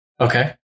Okay